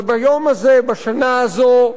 וביום הזה, בשנה הזאת,